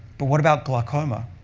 but what about glaucoma?